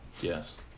Yes